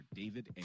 david